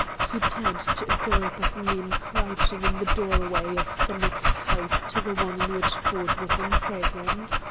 he turned to a group of men crouching in the doorway of the next house to the one in which ford was imprisoned.